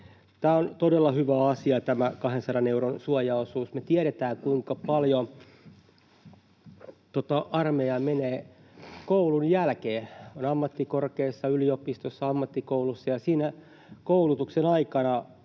on todella hyvä asia. Me tiedetään, kuinka paljon armeijaan menee koulun jälkeen. On ammattikorkeassa, yliopistossa, ammattikoulussa, ja siinä koulutuksen aikana